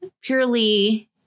purely